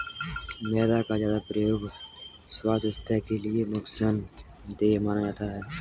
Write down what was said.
मैदा का ज्यादा प्रयोग स्वास्थ्य के लिए नुकसान देय माना जाता है